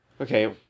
Okay